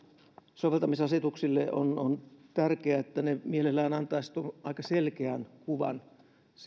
soveltamisasetuksille on on tärkeää että ne mielellään antaisivat aika selkeän kuvan